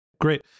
Great